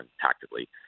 tactically